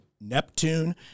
Neptune